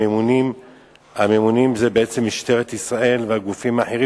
הממונים הם בעצם משטרת ישראל והגופים האחרים,